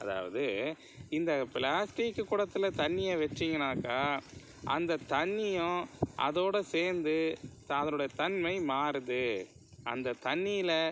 அதாவது இந்த பிளாஸ்டிக் குடத்துல தண்ணியை வச்சிங்கனாக்கா அந்த தண்ணியும் அதோடு சேர்ந்து இப்போ அதனுடைய தன்மை மாறுது அந்த தண்ணியில்